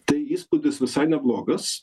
tai įspūdis visai neblogas